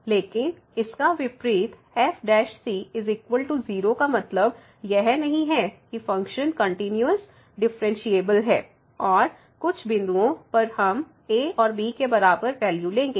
लेकिन इसका विपरीत f 0 का मतलब यह नहीं है कि फ़ंक्शन कंटिन्यूस डिफ़्फ़रेनशियेबल है और कुछ बिंदुओं पर हम a और b के बराबर वैल्यू लेंगे